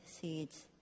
seeds